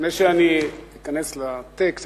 לפני שאני אכנס לטקסט,